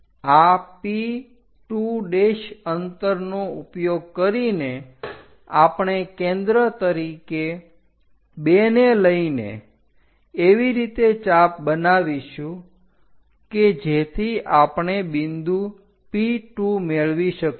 આ P2 અંતરનો ઉપયોગ કરીને આપણે કેન્દ્ર તરીકે 2 ને લઈને એવી રીતે ચાપ બનાવીશું કે જેથી આપણે બિંદુ P2 મેળવી શકીએ